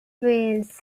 wales